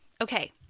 Okay